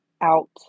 out